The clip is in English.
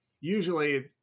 usually